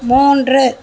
மூன்று